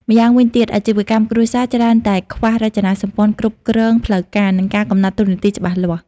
ម្យ៉ាងវិញទៀត អាជីវកម្មគ្រួសារច្រើនតែខ្វះ រចនាសម្ព័ន្ធគ្រប់គ្រងផ្លូវការ និងការកំណត់តួនាទីច្បាស់លាស់។